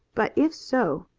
but if so,